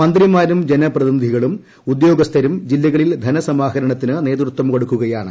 മന്ത്രിമാരും ജനപ്രതിനിധികളും ഉദ്യോഗസ്ഥരും ജില്ലകളിൽ ധനസമാഹരണത്തിന് നേതൃത്വം കൊടുക്കുകയാണ്